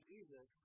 Jesus